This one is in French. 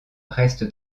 reste